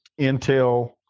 Intel